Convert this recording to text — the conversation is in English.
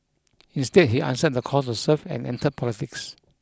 instead he answered the call to serve and entered politics